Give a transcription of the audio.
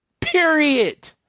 Period